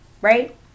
right